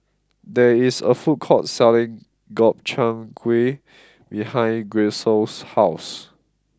there is a food court selling Gobchang Gui behind Grisel's house